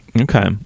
Okay